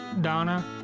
Donna